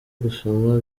gusoma